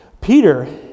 Peter